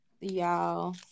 Y'all